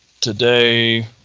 today